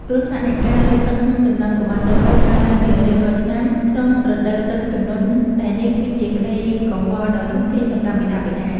គ្រោះថ្នាក់នៃការលង់ទឹកក្នុងចំណោមកុមារតូចៗ កើនឡើងជារៀងរាល់ឆ្នាំក្នុងរដូវទឹកជំនន់ដែលនេះ គឺជាក្តីកង្វល់ដ៏ធំធេងសម្រាប់មាតាបិតា។